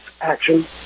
action